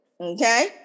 Okay